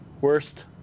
Worst